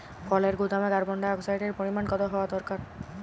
ফলের গুদামে কার্বন ডাই অক্সাইডের পরিমাণ কত হওয়া দরকার?